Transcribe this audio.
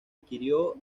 adquirió